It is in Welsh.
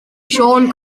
siôn